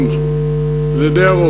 יחסר.